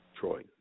Troy